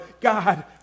God